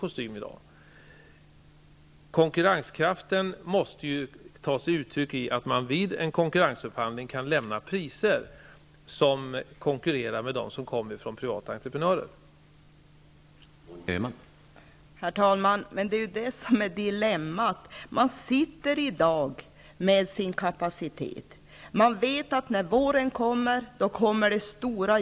Detta med konkurrenskraften måste ta sig uttryck i att man vid en konkurrensupphandling kan lämna priser som konkurrerar med de privata entreprenörernas priser.